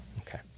Okay